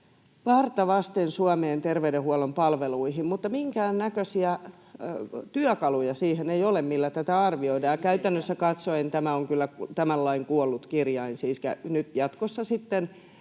varta vasten Suomeen terveydenhuollon palveluihin, mutta minkäännäköisiä työkaluja siihen ei ole, millä tätä arvioidaan, ja käytännössä katsoen tämä on kyllä tämän lain kuollut kirjain — siis jatkossa sitten